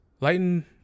lighten